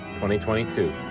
2022